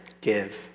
give